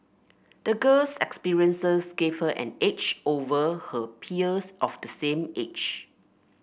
the girl's experiences gave her an edge over her peers of the same age